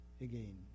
again